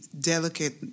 delicate